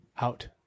out